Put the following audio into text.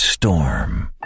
Storm